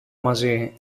μαζί